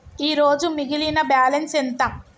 ఈరోజు మిగిలిన బ్యాలెన్స్ ఎంత?